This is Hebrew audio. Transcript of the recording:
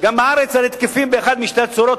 גם בארץ הרי תקפים באחת משתי הצורות.